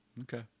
Okay